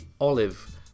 Olive